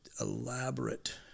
elaborate